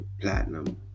platinum